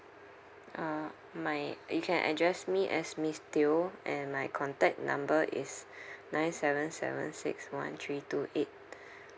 uh my you can address me as miss teo and my contact number is nine seven seven six one three two eight